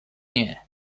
nie